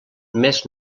més